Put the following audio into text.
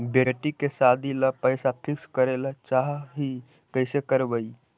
बेटि के सादी ल पैसा फिक्स करे ल चाह ही कैसे करबइ?